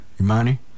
Imani